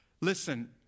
listen